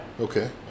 Okay